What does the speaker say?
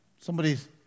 Somebody's